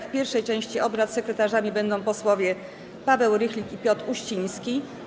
W pierwszej części obrad sekretarzami będą posłowie Paweł Rychlik i Piotr Uściński.